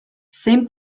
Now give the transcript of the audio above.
zein